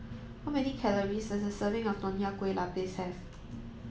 how many calories does a serving of Nonya Kueh Lapis have